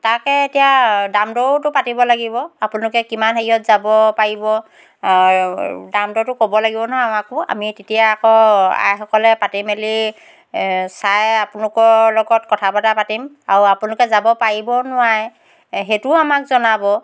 তাকে এতিয়া দাম দৰোটো পাতিব লাগিব আপোনলোকে কিমান হেৰিয়ত যাব পাৰিব দাম দৰটো ক'ব লাগিব নহয় আমাকো আমি তেতিয়া আকৌ আইসকলে পাতি মেলি চাই আপোনালোকৰ লগত কথা বতৰা পাতিম আৰু আপোনলোকে যাব পাৰিব নোৱাৰে সেইটোও আমাক জনাব